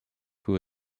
who